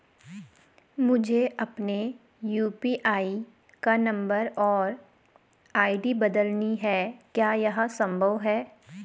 मुझे अपने यु.पी.आई का नम्बर और आई.डी बदलनी है क्या यह संभव है?